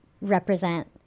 represent